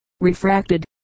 refracted